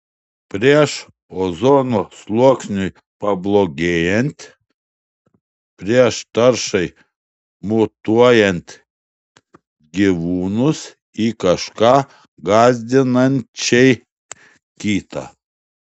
prieš ozono sluoksniui pablogėjant prieš taršai mutuojant gyvūnus į kažką gąsdinančiai kitą